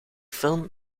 film